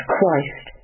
Christ